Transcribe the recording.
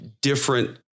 different